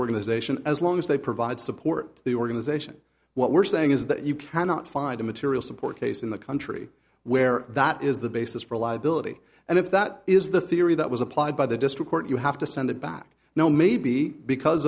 organization as long as they provide support to the organization what we're saying is that you cannot find a material support case in the country where that is the basis for liability and if that is the theory that was applied by the district court you have to send it back now maybe because